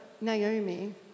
Naomi